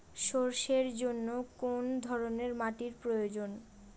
সরষের জন্য কোন ধরনের মাটির প্রয়োজন?